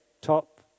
top